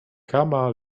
kama